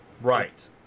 Right